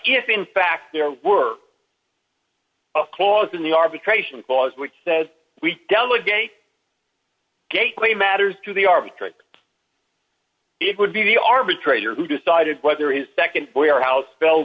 if in fact there were a clause in the arbitration clause which says we delegate gateway matters to the arbitrator it would be the arbitrator who decided whether his nd warehouse spell